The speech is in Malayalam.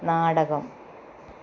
നാടകം